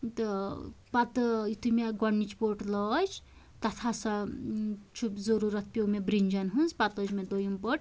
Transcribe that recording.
تہٕ پتہٕ یِتھُے مےٚ گۄڈٕنِچۍ پٔٹ لٲجۍ تَتھ ہسا چھُ ضروٗرت پیٛو مےٚ برٛنٛجَن ہنٛز پَتہٕ لٲجۍ مےٚ دوٚیِم پٔٹ